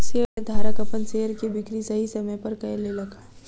शेयरधारक अपन शेयर के बिक्री सही समय पर कय लेलक